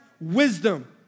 wisdom